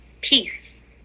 peace